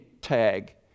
tag